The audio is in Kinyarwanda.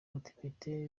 badepite